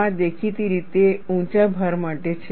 આ દેખીતી રીતે ઊંચા ભાર માટે છે